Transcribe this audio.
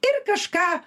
ir kažką